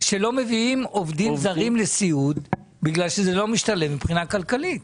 שלא מביאים עובדים זרים לסיעוד בגלל שזה לא משתלם מבחינה כלכלית.